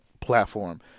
platform